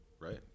right